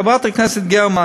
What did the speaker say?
חברת הכנסת גרמן,